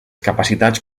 capacitats